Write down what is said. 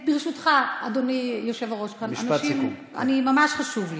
ברשותך, אדוני היושב-ראש, ממש חשוב לי.